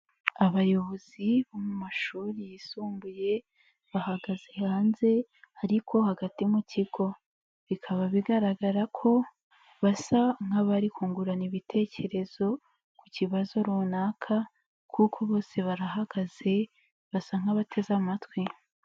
Abayobozi bo mu mashuri yisumbuye bahagaze hanze ariko hagati mu kigo, bikaba bigaragara ko basa nkabari kungurana ibitekerezo ku kibazo runaka kuko bose barahagaze basa nka'bateze amatwi.